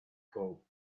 hope